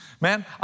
Man